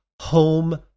home